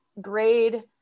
grade